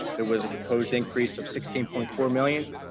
there was a proposed increase of sixteen point four million.